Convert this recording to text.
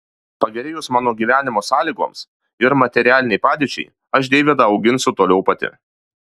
pagerėjus mano gyvenimo sąlygoms ir materialinei padėčiai aš deivydą auginsiu toliau pati